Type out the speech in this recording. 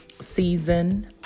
season